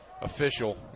Official